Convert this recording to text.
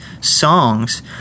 songs